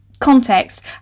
context